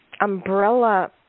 umbrella